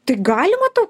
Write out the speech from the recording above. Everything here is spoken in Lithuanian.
tai galima to